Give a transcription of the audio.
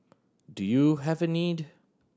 do you have a need